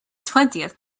twentieth